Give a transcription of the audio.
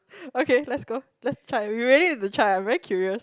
okay let's go let's try we really have to try I'm very curious